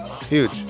Huge